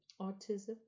autism